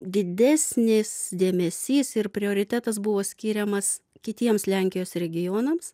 didesnis dėmesys ir prioritetas buvo skiriamas kitiems lenkijos regionams